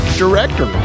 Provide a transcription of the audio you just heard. director